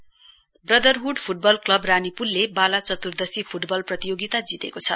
football brotherhood football club रानीपूलले बाला चत्र्थी फ्टबल प्रतियोगिता जितेको छ